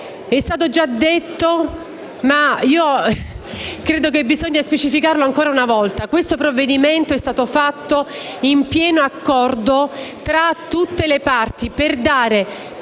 È stato già detto - ma credo che bisogna specificarlo ancora una volta - che questo provvedimento nasce dal pieno accordo tra tutte le parti per dare